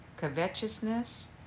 covetousness